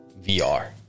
VR